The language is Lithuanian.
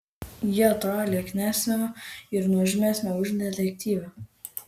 ji atrodė lieknesnė ir nuožmesnė už detektyvę